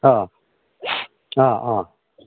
ꯑꯥ ꯑꯥ ꯑꯥ